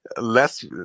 less